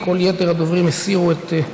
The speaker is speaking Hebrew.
10956 ו-10990.